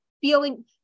feeling